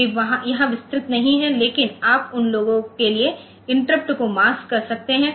वे यहां विस्तृत नहीं हैं लेकिन आप उन लोगों के लिए इंटरकप्ट को मास्क कर सकते हैं